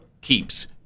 keeps